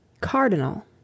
Cardinal